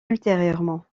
ultérieurement